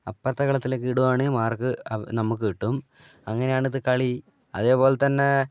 അപ്പുറത്തെ കളത്തിലേക്ക് ഇടുകയാണെങ്കിൽ മാർക്ക് നമുക്ക് കിട്ടും അങ്ങനെയാണ് ഇത് കളി അതുപോലെത്തന്നെ